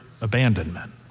abandonment